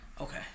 okay